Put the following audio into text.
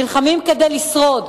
נלחמים כדי לשרוד,